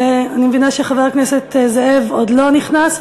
אני מבינה שחבר הכנסת זאב עוד לא נכנס,